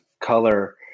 color